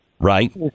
Right